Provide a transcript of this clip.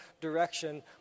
direction